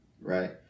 right